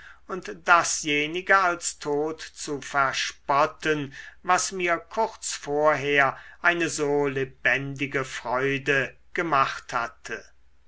und dasjenige als tot zu verspotten was mir kurz vorher eine so lebendige freude gemacht hatte